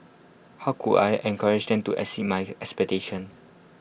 how could I encourage them to exceed my expectations